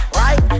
right